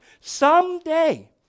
Someday